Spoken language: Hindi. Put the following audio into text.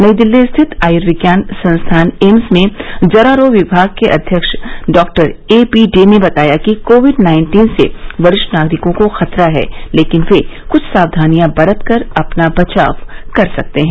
नई दिल्ली स्थित आयूर्विज्ञान संस्थान एम्स में जरा रोग विभाग के अध्यक्ष डॉ ए बी डे ने बताया कि कोविड नाइन्टीन से वरिष्ठ नागरिकों को खतरा है लेकिन वे क्छ सावधानियां बरत कर अपना बचाव कर सकते हैं